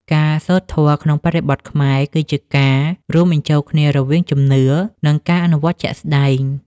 ការសូត្រធម៌ក្នុងបរិបទខ្មែរ គឺជាការរួមបញ្ចូលគ្នារវាងជំនឿ និងការអនុវត្តជាក់ស្ដែង។